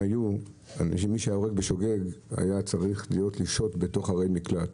שמי שהיה הורג בשוגג היה צריך לשהות בתוך הרי מקלט,